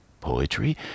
poetry